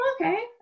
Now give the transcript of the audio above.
okay